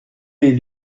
les